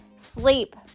sleep